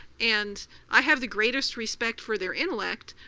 and i have the greatest respect for their intellect,